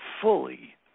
fully